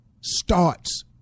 starts